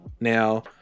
now